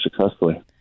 successfully